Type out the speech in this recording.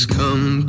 come